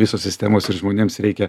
visos sistemos ir žmonėms reikia